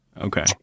okay